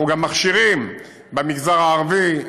אנחנו גם מכשירים במגזר הערבי,